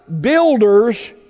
builders